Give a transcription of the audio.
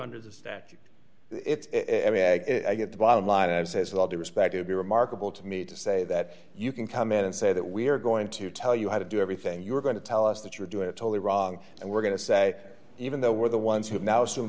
under the statute it's at the bottom line and says with all due respect to be remarkable to me to say that you can come in and say that we're going to tell you how to do everything you're going to tell us that you're doing it totally wrong and we're going to say even though we're the ones who've now